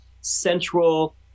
central –